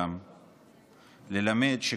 ללמדך,